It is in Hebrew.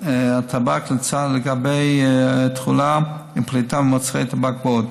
הטבק לגבי תכולה ופליטה ממוצרי טבק ועוד.